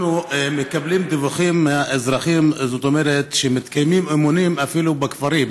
אנחנו מקבלים דיווחים מהאזרחים שמתקיימים אימונים אפילו בכפרים.